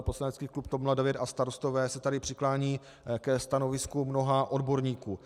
Poslanecký klub TOP 09 a Starostové se tady přiklání ke stanovisku mnoha odborníků.